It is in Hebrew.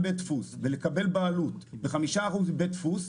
בית דפוס ולקבל בעלות בחמישה אחוזים מבית הדפוס,